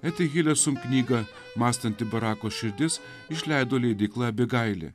eti hilesum knyga mąstanti barako širdis išleido leidykla abigailė